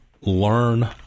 Learn